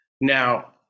Now